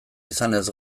izanez